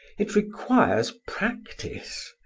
it requires practice.